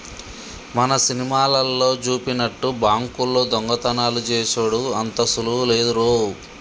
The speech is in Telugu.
మన సినిమాలల్లో జూపినట్టు బాంకుల్లో దొంగతనాలు జేసెడు అంత సులువు లేదురో